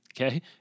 okay